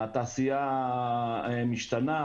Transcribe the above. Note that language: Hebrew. התעשייה משתנה,